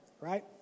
right